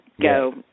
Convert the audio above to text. go